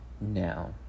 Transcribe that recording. Now